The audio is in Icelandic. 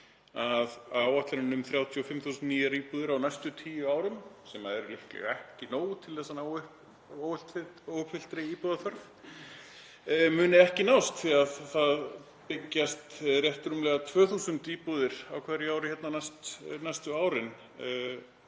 að áætlun um 35.000 nýjar íbúðir á næstu tíu árum, sem er líklega ekki nóg til að vinna upp óuppfyllta íbúðaþörf, muni ekki nást því að það byggjast rétt rúmlega 2.000 íbúðir á hverju ári næstu árin